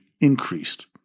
increased